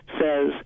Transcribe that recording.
says